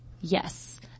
yes